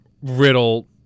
Riddle